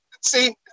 see